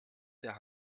der